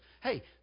Hey